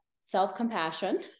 self-compassion